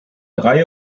reihe